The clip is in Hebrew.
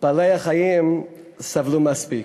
בעלי-החיים סבלו מספיק.